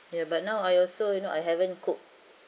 ya but now I also you know I haven't cooked